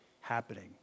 happening